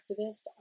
activist